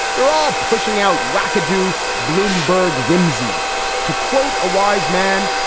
they're all pushing out wackadoo bloomberg whimsy to quote a wise man.